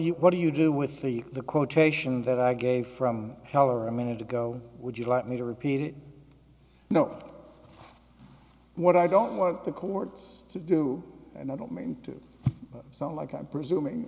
you what do you do with three the quotation that i gave from heller a minute ago would you like me to repeat it you know what i don't want the courts to do and i don't mean to sound like i'm presuming